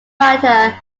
matter